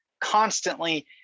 constantly